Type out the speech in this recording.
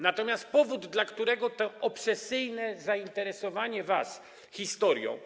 Natomiast powód, dla którego to obsesyjne zainteresowanie historią.